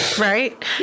Right